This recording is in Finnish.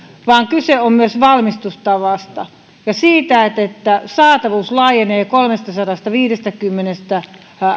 vaan kyse on myös valmistustavasta ja siitä että saatavuus laajenee kolmestasadastaviidestäkymmenestä